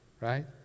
right